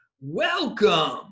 Welcome